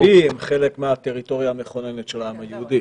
ו-B הם חלק מהטריטוריה המכוננת של העם היהודי.